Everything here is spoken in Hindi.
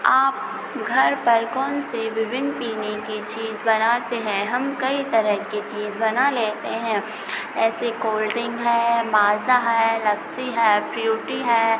आप घर पर कौन से विभिन्न पीने के चीज़ बनाते हैं हम कई तरह के चीज़ बना लेते हैं ऐसे कोल ड्रिंक है माज़ा है लस्सी है फ़्यूटी है